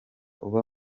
uba